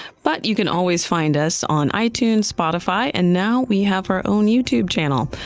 but you can always find us on itunes, spotify, and now, we have our own youtube channel.